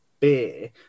beer